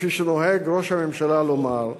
כפי שראש הממשלה נוהג לומר,